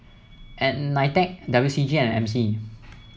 Nitec W C G and M C